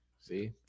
See